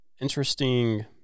interesting